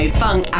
funk